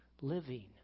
living